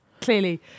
Clearly